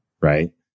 right